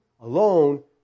alone